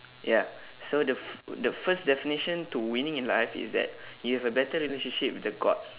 ya so the f~ the first definition to winning is life is that you have a better relationship with the god